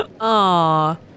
Aw